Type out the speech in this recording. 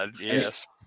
Yes